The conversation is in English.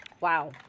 wow